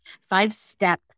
five-step